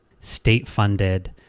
state-funded